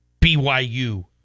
BYU